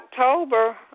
October